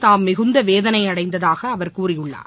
தாம் மிகுந்தவேதனைஅடைந்ததாகஅவர் கூறியுள்ளார்